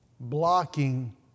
Blocking